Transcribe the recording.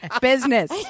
business